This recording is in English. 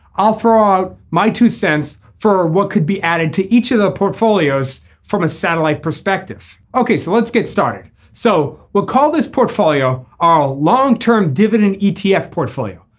i'll throw out my two cents for what could be added to each of the portfolios from a satellite perspective. okay. so let's get started. so we'll call this portfolio. our long term dividend etf portfolio.